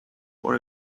for